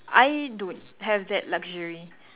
I don't have that luxury